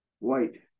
White